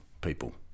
people